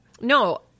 No